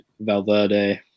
Valverde